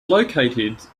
located